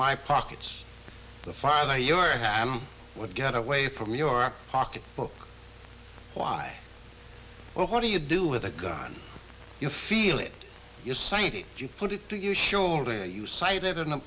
my pockets the fire your would get away from your pocket book why well what do you do with a gun you feel it you're citing you put it to your shoulder you cited an